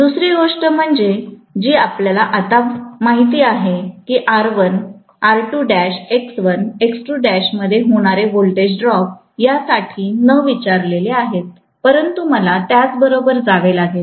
दुसरी गोष्ट जी आपल्याला आता माहित आहे की R1 X1 मध्ये होणारे व्होल्टेज ड्रॉप या साठी न विचारलेले आहेत परंतु आम्हाला त्यांच्या बरोबर जावे लागेल